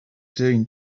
doing